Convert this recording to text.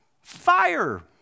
fire